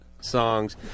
songs